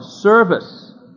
service